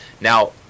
Now